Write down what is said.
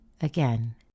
again